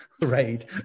right